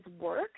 work